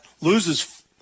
loses